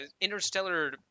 interstellar